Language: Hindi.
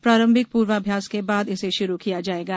प्रारंभिक पूर्वाभ्यास के बाद इसे षुरु किया जाएगा